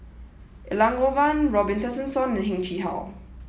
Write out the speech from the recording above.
Elangovan Robin Tessensohn and Heng Chee How